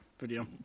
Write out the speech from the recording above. video